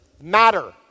matter